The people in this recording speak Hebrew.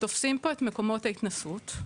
תופסים פה את מקומות ההתנסות,